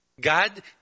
God